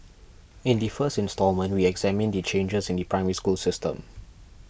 in the first instalment we examine the changes in the Primary School system